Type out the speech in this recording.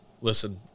listen